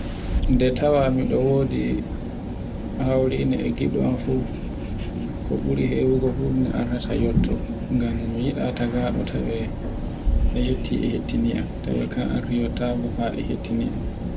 Nde tawa miɗo wodi hawrino e ngiɗo am, ko ɓure hewufo fu mi artata yotto. Ngam mi yiɗa tagaaɗo tawe e yotti e hetiniyam. Tawo gan arti wattago fa e yottiniyam.